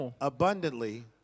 abundantly